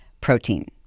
protein